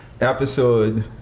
episode